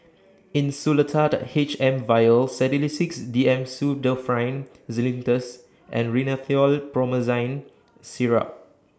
Insulatard H M Vial Sedilix D M Pseudoephrine Linctus and Rhinathiol Promethazine Syrup